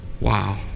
Wow